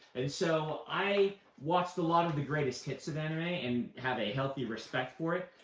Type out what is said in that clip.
and so i watched a lot of the greatest hits of anime and have a healthy respect for it.